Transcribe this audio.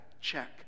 check